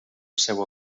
seua